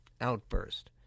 outburst